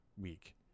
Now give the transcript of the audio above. week